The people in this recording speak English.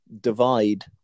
divide